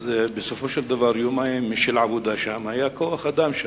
בסופו של דבר ביומיים של עבודה שם היה כוח-אדם.